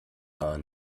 gar